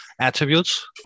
Attributes